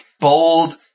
bold